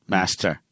Master